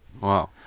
Wow